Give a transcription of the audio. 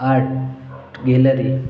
art gallery